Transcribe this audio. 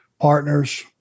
partners